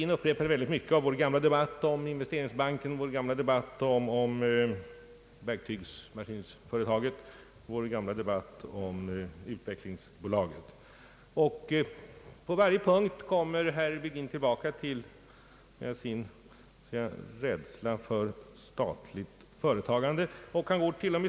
Herr Virgin upprepade mycket av vår gamla debatt om investeringsbanken, vår gamla debatt om verktygsmaskin företaget och vår gamla debatt om utvecklingsbolaget. På varje punkt kommer herr Virgin tillbaka till sin rädsla för statligt företagande.